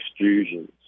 extrusions